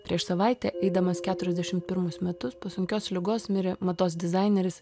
prieš savaitę eidamas keturiasdešim pirmus metus po sunkios ligos mirė mados dizaineris